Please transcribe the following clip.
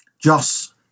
Joss